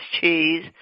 cheese